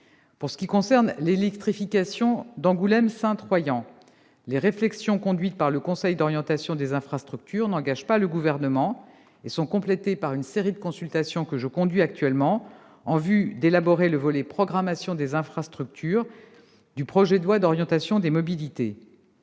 Pour ce qui concerne l'électrification de l'axe Angoulême-Saintes-Royan, les réflexions conduites par le Conseil d'orientation des infrastructures n'engagent pas le Gouvernement et sont complétées par une série de consultations que je conduis actuellement en vue d'élaborer le volet programmation et financement des infrastructures du projet de loi d'orientation des mobilités.